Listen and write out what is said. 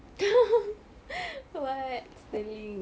what's the link